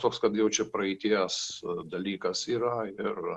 toks kad jau čia praeities dalykas yra ir